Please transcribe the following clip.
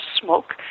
smoke